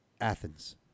Athens